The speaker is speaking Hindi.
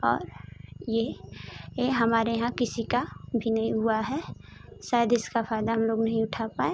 और ये ये हमारे यहाँ किसी का भी नहीं हुआ है शायद इसका फ़ायदा हम लोग नहीं उठा पाए